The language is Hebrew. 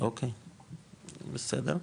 אוקי, בסדר.